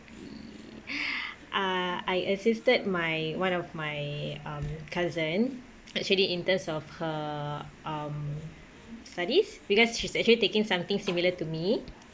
uh I assisted my one of my um cousin actually in terms of her um studies because she's actually taking something similar to me